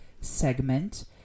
segment